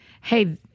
hey